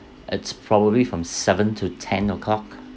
it's probably from seven to ten o'clock